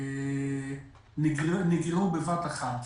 בסיס קבוע נגרעו בבת-אחת,